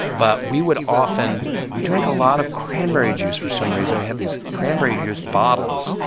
but we would often we drank a lot of cranberry juice for some reason. we had these cranberry juice bottles.